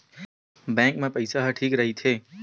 Bank मा पईसा ह ठीक राइथे?